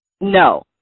no